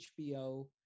HBO